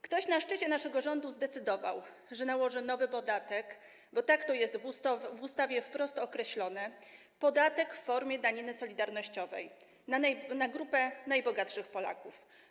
Ktoś na szczycie naszego rządu zdecydował, że nałoży nowy podatek, bo tak to jest w ustawie wprost określone, podatek w formie daniny solidarnościowej, na grupę najbogatszych Polaków.